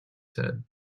said